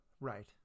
Right